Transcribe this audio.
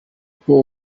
uko